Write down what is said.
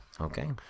Okay